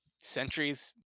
centuries